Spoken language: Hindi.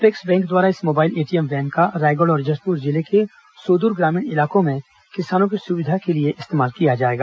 अपेक्स बैंक द्वारा इस मोबाइल एटीएम वैन का रायगढ़ और जशपुर जिले के सुदूर ग्रामीण इलाकों में किसानों की सुविधा के लिए इस्तेमाल किया जाएगा